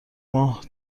ماه